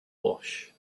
wash